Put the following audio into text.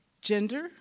gender